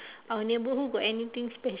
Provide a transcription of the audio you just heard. our neighbourhood got anything special or not